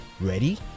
Ready